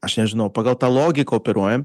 aš nežinau pagal tą logiką operuojam